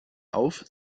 auf